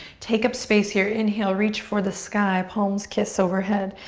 take up space here. inhale, reach for the sky, palms kiss overhead.